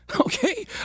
Okay